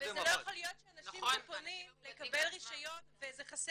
להיות שזה -- וזה לא יכול להיות שאנשים פה פונים